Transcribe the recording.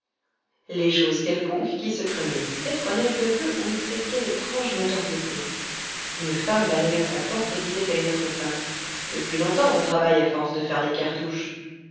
les choses quelconques qui se préméditaient prenaient peu à peu on ne sait quelle étrange notoriété une femme balayant sa porte disait à une autre femme depuis longtemps on travaille à force à faire des cartouches